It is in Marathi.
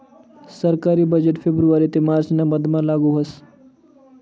सरकारी बजेट फेब्रुवारी ते मार्च ना मधमा लागू व्हस